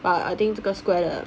but I think 这个 square 的